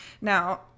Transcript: Now